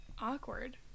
Awkward